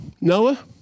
Noah